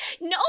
no